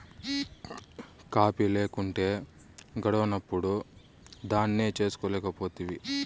coffee లేకుంటే గడవనప్పుడు దాన్నే చేసుకోలేకపోతివి